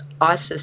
ISIS